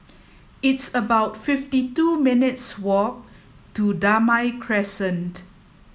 it's about fifty two minutes' walk to Damai Crescent